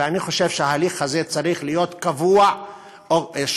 ואני חושב שההליך הזה צריך להיות קבוע ושקוף